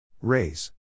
Raise